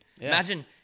Imagine